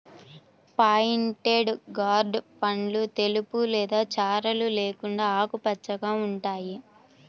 pointed gourd పండ్లు తెలుపు లేదా చారలు లేకుండా ఆకుపచ్చగా ఉంటాయి